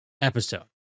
episode